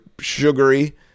sugary